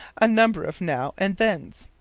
a number of now and thens.